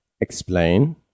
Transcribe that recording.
Explain